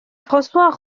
françois